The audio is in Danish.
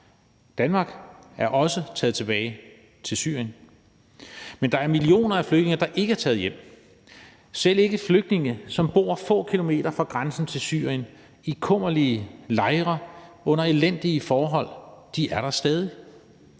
Danmark er også taget tilbage til Syrien, men der er millioner af flygtninge, der ikke er taget hjem. Selv flygtninge, som bor få kilometer fra grænsen til Syrien i kummerlige lejre under elendige forhold, er der stadig.